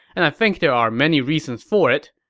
and i think there are many reasons for it.